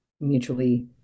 mutually